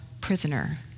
prisoner